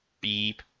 beep